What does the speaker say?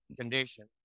condition